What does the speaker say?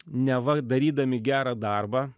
neva darydami gerą darbą